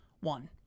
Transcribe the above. One